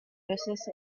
veces